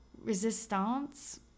Resistance